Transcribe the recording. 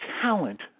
talent